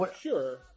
Sure